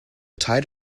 tide